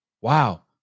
wow